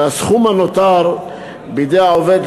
והסכום הנותר בידי העובד,